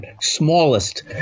smallest